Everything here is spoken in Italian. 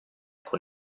con